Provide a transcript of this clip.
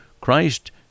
Christ